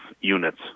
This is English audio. units